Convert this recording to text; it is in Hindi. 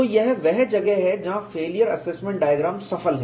तो यह वह जगह है जहां फेलियर असेसमेंट डायग्राम सफल है